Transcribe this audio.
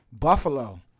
Buffalo